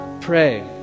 pray